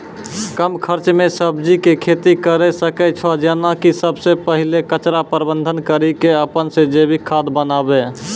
कम खर्च मे सब्जी के खेती करै सकै छौ जेना कि सबसे पहिले कचरा प्रबंधन कड़ी के अपन से जैविक खाद बनाबे?